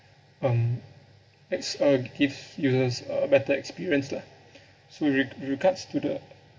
um ex~ uh give users a better experience lah so reg~ regards to the